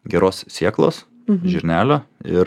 geros sėklos žirnelio ir